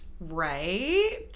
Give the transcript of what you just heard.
Right